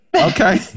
okay